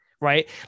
right